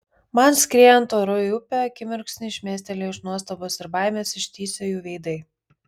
man skriejant oru į upę akimirksniui šmėstelėjo iš nuostabos ir baimės ištįsę jų veidai